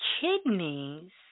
kidneys